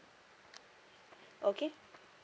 okay